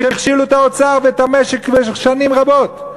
הם שהכשילו את האוצר ואת המשק במשך שנים רבות.